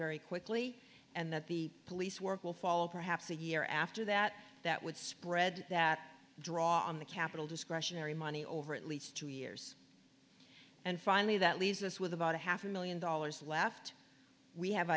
very quickly and that the police work will fall perhaps a year after that that would spread that draw on the capital discretionary money over at least two years and finally that leaves us with about a half a million dollars left we have